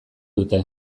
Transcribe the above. dute